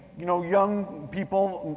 you know, young people,